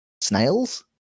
snails